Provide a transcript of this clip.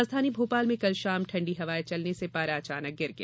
राजधानी भोपाल में कल शाम ठंडी हवाएं चलने से पारा अचानक गिर गया